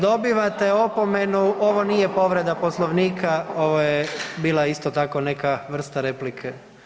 Dobivate opomenu ovo nije povreda Poslovnika ovo je bila isto tako neka vrsta replike.